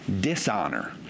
dishonor